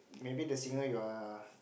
maybe the singer you are